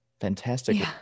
Fantastic